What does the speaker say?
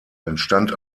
entstand